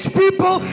people